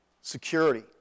security